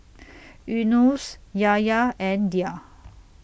Yunos Yahya and Dhia